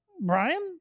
Brian